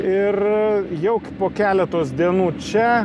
ir jauk po keletos dienų čia